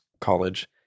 college